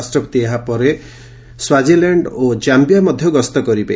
ରାଷ୍ଟ୍ରପତି ଏହା ପରେ ସ୍ୱାଜିଲାଣ୍ଡ ଓ ଜାମ୍ଘିଆ ମଧ୍ୟ ଗସ୍ତ କରିବେ